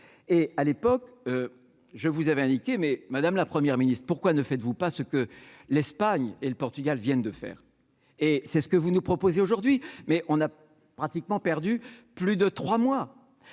et à l'époque je vous avez indiqué, mais Madame la première ministre, pourquoi ne faites-vous pas ce que l'Espagne et le Portugal viennent de faire. Et c'est ce que vous nous proposez aujourd'hui mais on a pratiquement perdu plus de 3 mois,